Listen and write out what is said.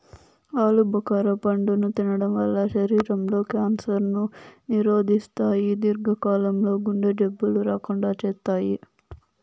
ఆలు భుఖర పండును తినడం వల్ల శరీరం లో క్యాన్సర్ ను నిరోధిస్తాయి, దీర్ఘ కాలం లో గుండె జబ్బులు రాకుండా చేత్తాయి